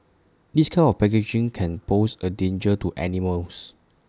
this kind of packaging can pose A danger to animals